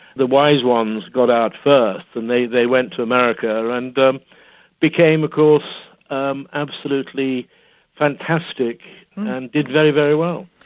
the wise ones got out first and they they went to america and um became of course um absolutely fantastic and did very, very well.